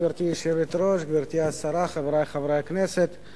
גברתי היושבת-ראש, גברתי השרה, חברי חברי הכנסת,